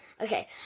Okay